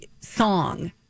song